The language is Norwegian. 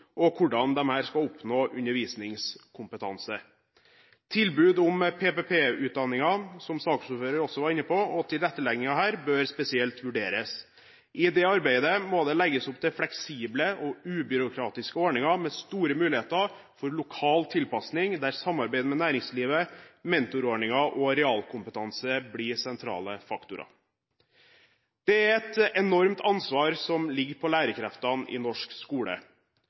og hvordan disse skal oppnå undervisningskompetanse. Tilbud om PPU-utdanninger, som saksordføreren også var inne på, og tilretteleggingen her bør spesielt vurderes. I det arbeidet må det legges opp til fleksible og ubyråkratiske ordninger med store muligheter for lokal tilpasning der samarbeid med næringslivet, mentorordninger og realkompetanse blir sentrale faktorer. Det er et enormt ansvar som ligger på lærerkreftene i norsk skole.